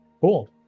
Cool